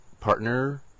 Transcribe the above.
partner